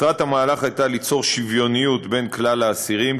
מטרת המהלך הייתה ליצור שוויוניות בין כלל האסירים,